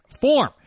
form